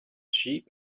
sheep